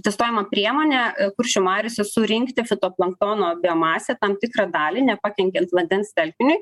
testuojama priemonė kuršių mariose surinkiti fitoplanktono biomasę tam tikrą dalį nepakenkiant vandens telkiniui